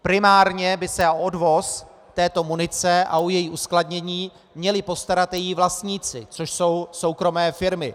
Primárně by se o odvoz této munice a o její uskladnění měli postarat její vlastníci, což jsou soukromé firmy.